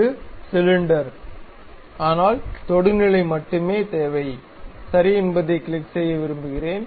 இது சிலிண்டர் ஆனால் தொடுநிலை மட்டுமே தேவை சரி என்பதைக் கிளிக் செய்ய விரும்புகிறேன்